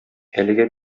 әлегә